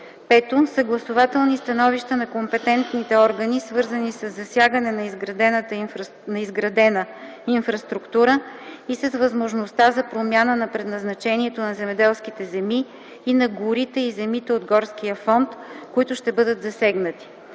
5. съгласувателни становища на компетентните органи, свързани със засягане на изградена инфраструктура и с възможността за промяна на предназначението на земеделските земи и на горите и земите от горския фонд, които ще бъдат засегнати;